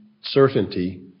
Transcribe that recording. certainty